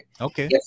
Okay